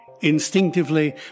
Instinctively